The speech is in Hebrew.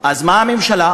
אז מה אומרת הממשלה?